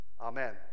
Amen